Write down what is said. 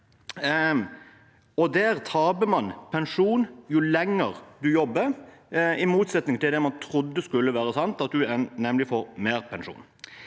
Man taper pensjon jo lenger man jobber, i motsetning til det man trodde skulle være sant, at en nemlig får mer i pensjon.